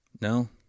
No